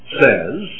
says